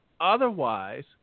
Otherwise